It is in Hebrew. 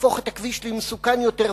תהפוך את הכביש למסוכן יותר,